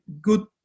good